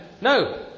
No